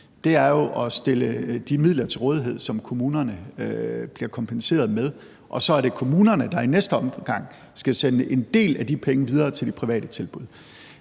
er at stille de midler til rådighed, som kommunerne bliver kompenseret med, og så er det kommunerne, der i næste omgang skal sende en del af de penge videre til de private tilbud.